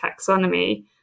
taxonomy